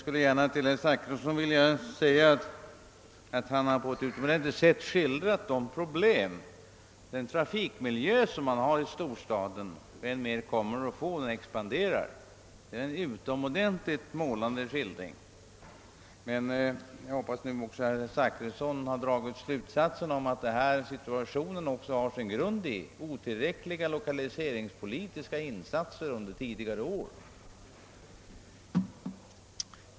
Herr talman! Herr Zachrisson har på ett livfullt sätt skildrat de problem och den trafikmiljö som man har i storstaden och än mer kommer att få när trafiken expanderar. Jag hoppas att herr Zachrisson även dragit slutsatsen att denna situation också har sin grund i otillräckliga lokaliseringspolitiska insatser under tidigare år.